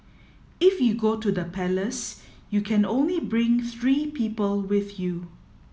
if you go to the palace you can only bring three people with you